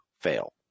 fail